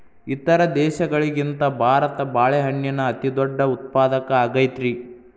ಇತರ ದೇಶಗಳಿಗಿಂತ ಭಾರತ ಬಾಳೆಹಣ್ಣಿನ ಅತಿದೊಡ್ಡ ಉತ್ಪಾದಕ ಆಗೈತ್ರಿ